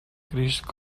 crist